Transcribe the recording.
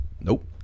Nope